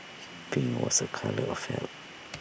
pink was A colour of health